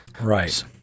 Right